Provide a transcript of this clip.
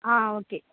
ஆ okay